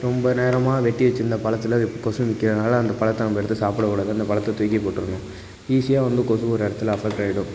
ரொம்ப நேரமாக வெட்டி வச்சிருந்த பழத்துல கொசு மொக்கிறதுனால அந்த பழத்த நம்ம எடுத்து சாப்பிடக்கூடாது அந்த பழத்த தூக்கி போட்டிரணும் ஈஸியாக வந்து கொசு ஒரு இடத்துல அஃபக்ட் ஆகிடும்